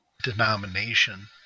denomination